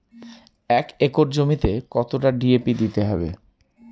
এক একর জমিতে কতটা ডি.এ.পি দিতে হবে?